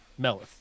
Melith